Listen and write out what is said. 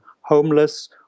homeless